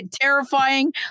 terrifying